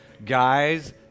Guys